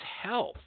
health